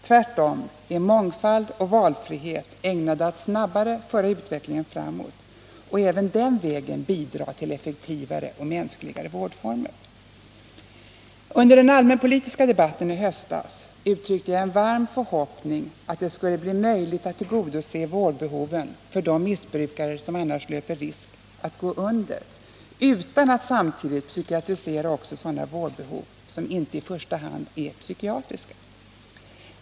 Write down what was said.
Tvärtom är mångfald och valfrihet ägnade att snabbare föra utvecklingen framåt och kan även den vägen bidra till mänskligare och effektivare vårdformer. Under den allmänpolitiska debatten i höstas uttryckte jag en varm förhoppning att det skulle bli möjligt att tillgodose vårdbehoven för de missbrukare som annars löper risk att gå under, utan att samtidigt psykiatrisera också sådana vårdbehov som inte i första hand är psykiatriska.